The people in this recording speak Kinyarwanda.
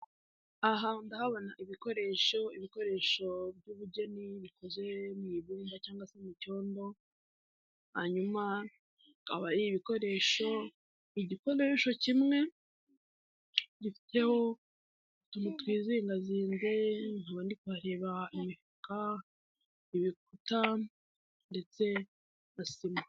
Aha ndahabona ibikoresho, ibikoresho by'ubugeni bikoze mu ibumba cyangwa se mu cyondo, hanyu akaba ari ibikoresho, igikoredesho kimwe, gifite twizinga twizingazinze nkaba ndikuharebe imifuka, ibikuta ndetse na sima.